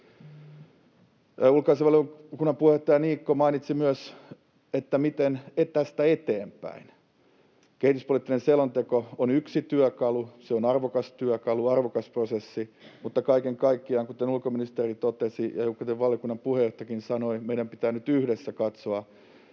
Niikko mainitsi myös, että miten tästä eteenpäin. Kehityspoliittinen selonteko on yksi työkalu — se on arvokas työkalu, arvokas prosessi — mutta kaiken kaikkiaan, kuten ulkoministeri totesi ja kuten valiokunnan puheenjohtajakin sanoi, meidän pitää nyt yhdessä katsoa